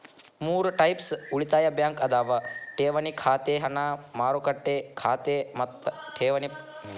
ಮೂರ್ ಟೈಪ್ಸ್ ಉಳಿತಾಯ ಬ್ಯಾಂಕ್ ಅದಾವ ಠೇವಣಿ ಖಾತೆ ಹಣ ಮಾರುಕಟ್ಟೆ ಖಾತೆ ಮತ್ತ ಠೇವಣಿ ಪ್ರಮಾಣಪತ್ರ